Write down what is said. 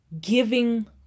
giving